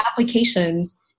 applications